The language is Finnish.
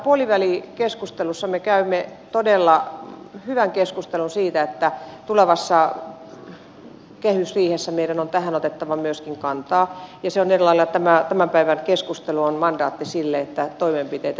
tässä puolivälikeskustelussa me käymme todella hyvän keskustelun siitä että tulevassa kehysriihessä meidän on tähän otettava myöskin kantaa ja tämän päivän keskustelu on mandaatti sille että toimenpiteitä tehdään